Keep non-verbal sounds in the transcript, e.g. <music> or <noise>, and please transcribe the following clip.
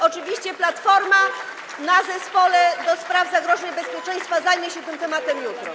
Oczywiście Platforma <noise> na posiedzeniu zespołu do spraw zagrożeń bezpieczeństwa zajmie się tym tematem jutro.